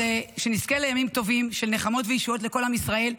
שנזכה לימים טובים של נחמות וישועות לכל עם ישראל.